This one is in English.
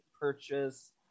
purchase